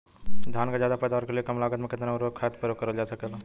धान क ज्यादा पैदावार के लिए कम लागत में कितना उर्वरक खाद प्रयोग करल जा सकेला?